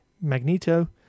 Magneto